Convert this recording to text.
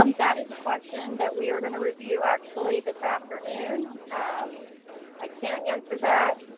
um that is the question that we are going to review actually, this afternoon. umm i can't answer that.